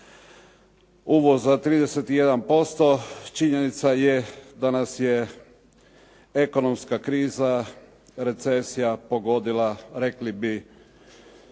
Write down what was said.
uvoz za 31%. Činjenica je da nas je ekonomska kriza, recesija pogodila, rekli bi